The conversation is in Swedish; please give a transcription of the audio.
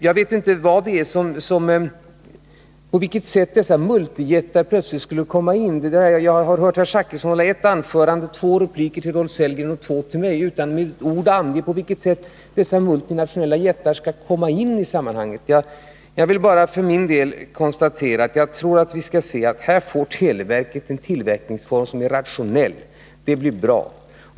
Jag vet inte på vilket sätt multijättarna plötsligt skulle komma in. Jag har hört herr Zachrisson i två repliker till Rolf Sellgren och två till mig, där han inte med ett ord anger på vilket sätt dessa multinationella jättar skall komma in i sammanhanget. Jag vill bara för min del konstatera att jag tror att televerket här får en tillverkningsform som är rationell. Det blir bra.